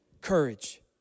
Courage